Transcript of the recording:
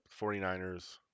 49ers